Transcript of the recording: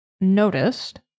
noticed